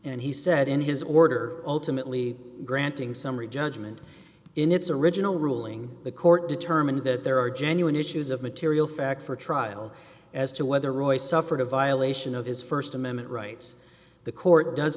and he said in his order ultimately granting summary judgment in its original ruling the court determined that there are genuine issues of material fact for trial as to whether royce suffered a violation of his st amendment rights the court does